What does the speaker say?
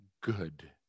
good